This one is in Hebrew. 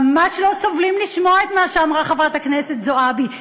ממש לא סובלים לשמוע את מה שאמרה חברת הכנסת זועבי,